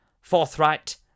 forthright